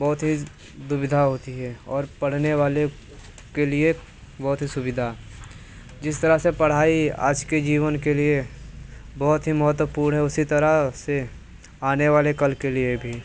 बहुत ही दुविधा होती है और पढ़ने वाले के लिए बहुत ही सुविधा जिस तरह से पढ़ाई आज के जीवन के लिए बहुत ही महत्वपूर्ण है उसी तरह से आने वाले कल के लिए भी